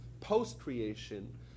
post-creation